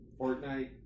Fortnite